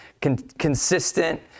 consistent